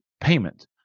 payment